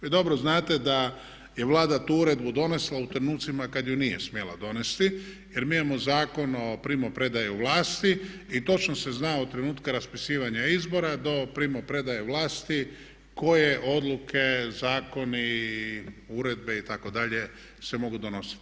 Vi dobro znate da je Vlada tu uredbu donesla u trenucima kad ju nije smjela donesti jer mi imamo Zakon o primopredaji vlasti i točno se zna od trenutka raspisivanja izbora do primopredaje vlasti koje odluke, zakoni i uredbe itd. se mogu donositi.